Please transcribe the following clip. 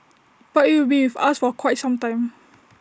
but IT will be with us for quite some time